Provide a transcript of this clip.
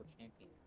champion